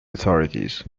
authorities